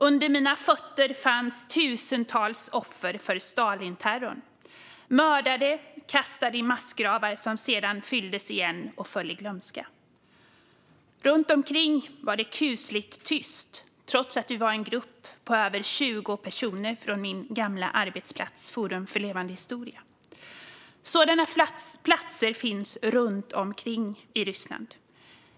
Under mina fötter fanns tusentals offer för Stalinterrorn. De var mördade och kastade i massgravar som sedan fylldes igen och föll i glömska. Runt omkring var det kusligt tyst trots att vi var en grupp på över 20 personer från min gamla arbetsplats Forum för levande historia. Sådana platser finns runt omkring i Ryssland.